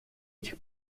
этих